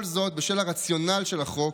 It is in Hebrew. כל זאת בשל הרציונל של החוק,